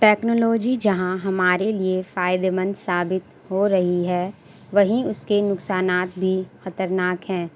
technology جہاں ہمارے لیے فائدے مند ثابت ہو رہی ہے وہیں اس کے نقصانات بھی خطرناک ہیں